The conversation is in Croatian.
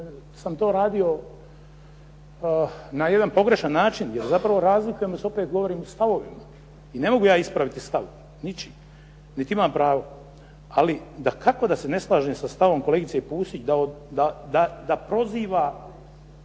sam to radio na jedan pogrešan način, jer zapravo razlikujemo se opet u stavovima i ne mogu ja ispraviti stav, ničim, niti imam pravo, ali dakako da se ne slažem sa stavom kolegice Pusić da proziva